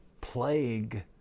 plague